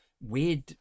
weird